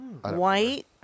white